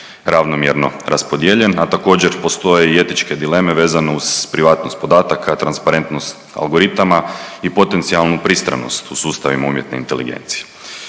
ravnomjerno raspodijeljen, a također postoje i etičke dileme vezano uz privatnost podataka, transparentnost algoritama i potencijalnu pristranost u sustavima umjetne inteligencije.